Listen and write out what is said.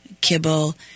kibble